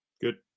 Good